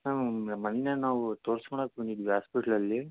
ma'am ಮೊನ್ನೆ ನಾವು ತೋರ್ಸ್ಕೊಳಕ್ ಬಂದಿದ್ವಿ ಆಸ್ಪೆಟ್ಲಲ್ಲಿ